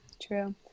true